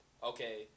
Okay